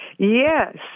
Yes